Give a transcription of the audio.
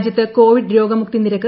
രാജ്യത്ത് കോവിഡ് രോഗമുക്തി നിരക്ക്